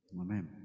amen